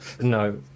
No